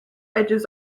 edges